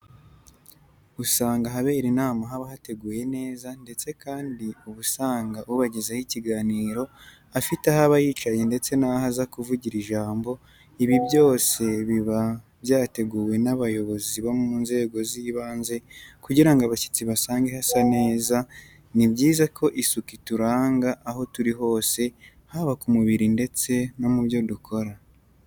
Usanga ahabera inama haba hateguye neza ndetse kandi uba usanga ubagezaho ikiganiro afite aho aba yicaye ndetse naho aza kuvugira ijambo, ibi byose biba byateguwe n'abayobozi bo mu nzego zibanze kugira ngo abashyitsi basange hasa neze, ni byiza ko isuku ituranga aho turi hose haba ku mubire ndetse no mubyo dukora.